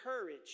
courage